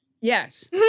yes